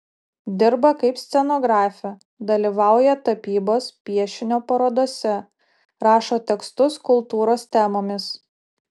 dirba kaip scenografė dalyvauja tapybos piešinio parodose rašo tekstus kultūros temomis